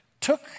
took